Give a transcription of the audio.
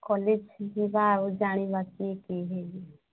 college ଯିବା ଜାଣି ନ ଥିଲେ କେହି ବି